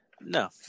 no